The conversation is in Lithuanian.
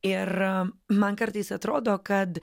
ir man kartais atrodo kad